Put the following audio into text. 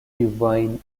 divine